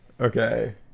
okay